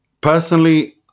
personally